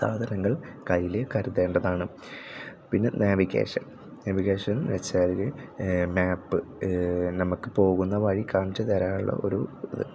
സാധനങ്ങൾ കയ്യിൽ കരുതേണ്ടതാണ് പിന്നെ നാവിഗേഷൻ നാവിഗേഷനെന്ന് വെച്ചാൽ മാപ്പ് നമുക്ക് പോകുന്ന വഴി കാണിച്ച് തരാനുള്ള ഒരു